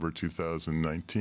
2019